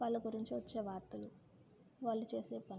వాళ్ళ గురించి వచ్చే వార్తలు వాళ్ళు చేసే పనులు